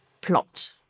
plot